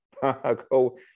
Go